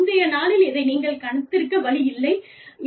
முந்தைய நாளில் இதை நீங்கள் கணித்திருக்க வழி இல்லை